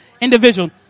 individual